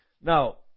Now